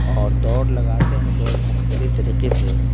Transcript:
اور دوڑ لگاتے ہیں لوگ مختلف طریقے سے